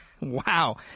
Wow